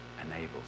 enables